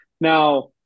Now